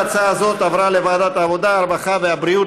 התשע"ה 2015, לוועדת העבודה, הרווחה והבריאות